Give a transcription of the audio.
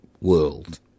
world